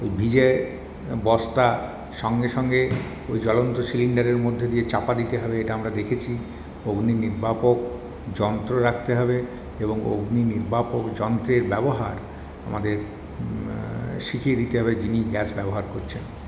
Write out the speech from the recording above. ভিজে বস্তা সঙ্গে সঙ্গে ওই জ্বলন্ত সিলিন্ডারের মধ্যে দিয়ে চাপা দিতে হবে এটা আমরা দেখেছি অগ্নি নির্বাপক যন্ত্র রাখতে হবে এবং অগ্নি নির্বাপক যন্ত্রের ব্যবহার আমাদের শিখিয়ে দিতে হবে যিনি গ্যাস ব্যবহার করছেন